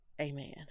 amen